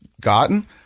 gotten